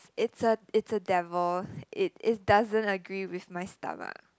it's a it's a devil it it doesn't agree with my stomach